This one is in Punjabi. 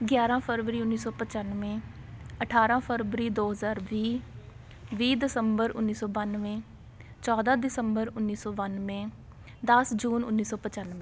ਗਿਆਰਾਂ ਫਰਵਰੀ ਉੱਨੀ ਸੋ ਪਚਾਨਵੇਂ ਅਠਾਰਾਂ ਫਰਵਰੀ ਦੋ ਹਜ਼ਾਰ ਵੀਹ ਵੀਹ ਦਸੰਬਰ ਉੱਨੀ ਸੋ ਬਾਨਵੇਂ ਚੌਦਾਂ ਦਿਸੰਬਰ ਉੱਨੀ ਸੋ ਬਾਨਵੇਂ ਦਸ ਜੂਨ ਉੱਨੀ ਸੋ ਪਚਾਨਵੇਂ